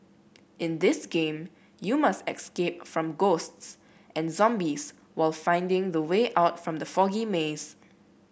in this game you must escape from ghosts and zombies while finding the way out from the foggy maze